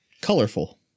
colorful